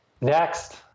Next